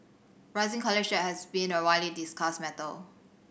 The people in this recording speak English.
rising college has been a widely discussed matter